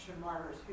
martyrs